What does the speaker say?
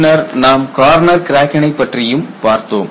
பின்னர் நாம் கார்னர் கிராக்கினை பற்றியும் பார்த்தோம்